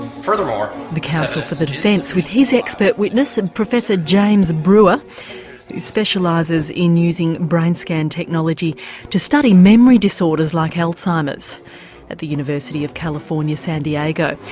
furthermore. the counsel for the defence with his expert witness, ah professor james brewer, who specialises in using brain scan technology to study memory disorders like alzheimer's at the university of california san diego.